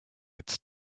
its